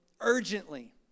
urgently